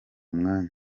mwanya